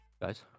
Guys